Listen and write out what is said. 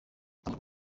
ntabwo